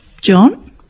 John